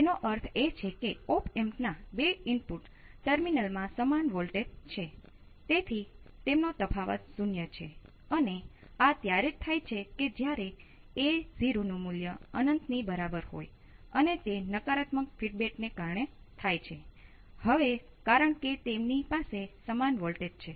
તેથી અહીં જોઇતો રેજિસ્ટન્સ છે